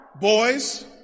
Boys